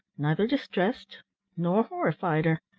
neither distressed nor horrified her.